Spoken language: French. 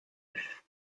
nef